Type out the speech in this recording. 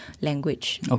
language